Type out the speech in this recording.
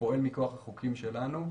שפועל מכוח החוקים שלנו.